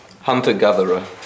Hunter-gatherer